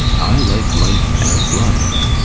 i like life as life,